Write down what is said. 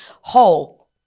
whole